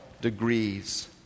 degrees